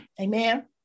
Amen